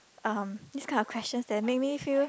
um this kind of questions that make me feel